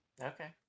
Okay